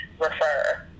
refer